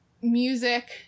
music